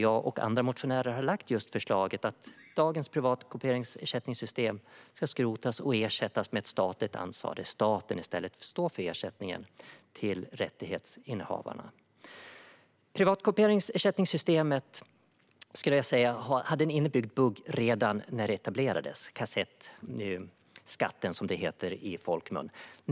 Jag och andra motionärer har lagt fram förslaget att dagens privatkopieringsersättningssystem ska skrotas och ersättas med ett statligt ansvar så att staten i stället står för ersättningen till rättighetsinnehavarna. Privatkopieringsersättningssystemet hade en inbyggd bugg redan när det etablerades - kassettskatten, som den heter i folkmun.